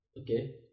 Okay